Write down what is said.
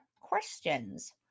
questions